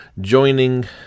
joining